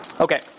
Okay